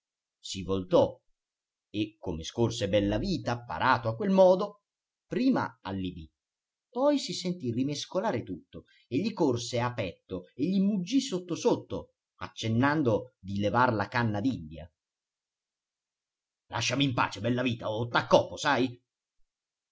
si voltò e come scorse bellavita parato a quel modo prima allibì poi si sentì rimescolare tutto e gli corse a petto e gli muggì sotto sotto accennando di levar la canna d'india lasciami in pace bellavita o t'accoppo sai